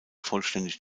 vollständig